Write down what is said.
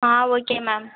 ah okay ma'am